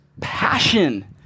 passion